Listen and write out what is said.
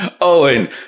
Owen